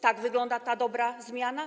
Tak wygląda ta dobra zmiana?